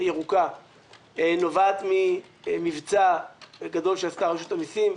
נובעת ממבצע גדול שעשתה רשות המסים,